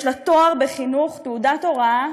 יש לה תואר בחינוך, תעודת הוראה,